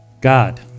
God